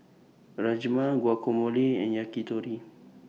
Rajma Guacamole and Yakitori